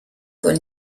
paul